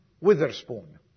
Witherspoon